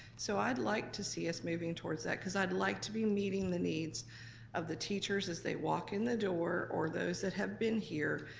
so i'd like to see us moving towards that, cause i'd like to be meeting the needs of the teachers as they walk in the door or those that have been here,